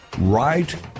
Right